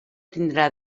tindrà